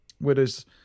Whereas